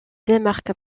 démarque